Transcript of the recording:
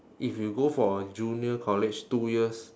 if you go for a junior college two years